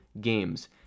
games